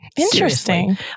Interesting